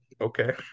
okay